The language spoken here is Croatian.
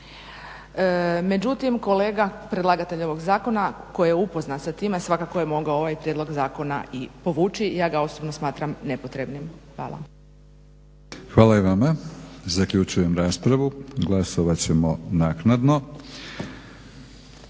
Međutim, kolega predlagatelj ovog zakona koji je upoznat sa time, svakako je mogao ovaj prijedlog zakona i povući. Ja ga osobno smatram nepotrebnim. Hvala. **Batinić, Milorad (HNS)** Hvala i vama. Zaključujem raspravu. Glasovat ćemo naknadno.